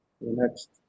next